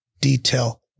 detail